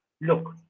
look